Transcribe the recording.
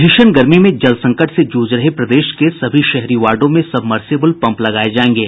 भीषण गर्मी में जल संकट से जूझ रहे प्रदेश के सभी शहरी वार्डों में सबमर्सिबल पंप लगाये जायेंगे